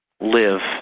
live